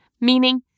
Meaning